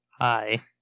hi